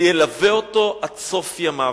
ילווה אותו עד סוף ימיו.